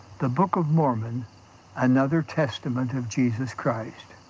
the book of mormon another testament of jesus christ.